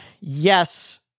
yes